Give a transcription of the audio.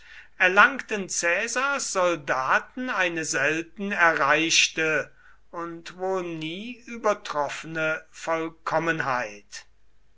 erlangten caesars soldaten eine selten erreichte und wohl nie übertroffene vollkommenheit